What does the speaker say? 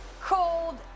cold